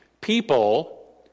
people